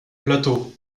plateau